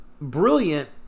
brilliant